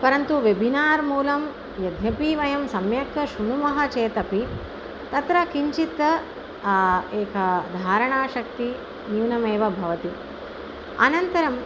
परन्तु वेबिनार् मूलं यद्यपि वयं सम्यक् शृणुमः चेतपि तत्र किञ्चित् एका धारणाशक्तिः न्यूनमेव भवति अनन्तरम्